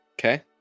Okay